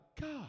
God